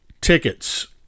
tickets